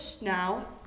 now